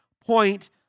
point